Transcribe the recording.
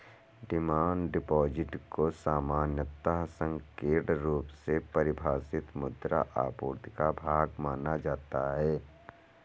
demand deposit को सामान्यतः संकीर्ण रुप से परिभाषित मुद्रा आपूर्ति का भाग माना जाता है